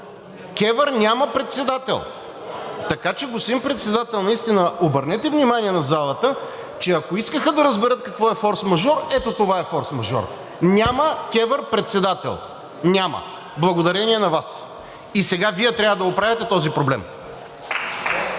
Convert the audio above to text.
КЕВР няма председател, така че, господин Председател, наистина обърнете внимание на залата, че ако искаха да разберат какво е форсмажор, ето това е форсмажор. Няма КЕВР председател, няма благодарение на Вас и сега Вие трябва да оправяте този проблем.